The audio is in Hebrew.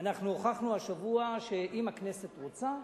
אנחנו הוכחנו השבוע שאם הכנסת רוצה,